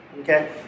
Okay